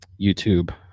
youtube